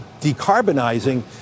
decarbonizing